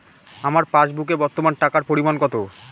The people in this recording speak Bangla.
আমার পাসবুকে বর্তমান টাকার পরিমাণ কত?